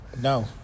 No